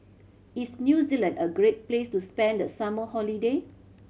is New Zealand a great place to spend the summer holiday